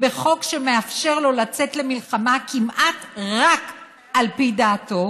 בחוק שמאפשר לו לצאת למלחמה כמעט רק על פי דעתו,